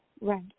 Right